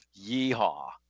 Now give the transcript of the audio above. yeehaw